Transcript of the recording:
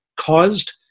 caused